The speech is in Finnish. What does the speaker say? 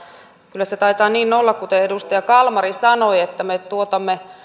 kyllä se taitaa niin olla kuten edustaja kalmari sanoi että me tuotamme kotimaassa